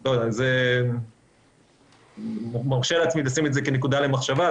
אני מרשה לעצמי לשים את זה כנקודה למחשבה.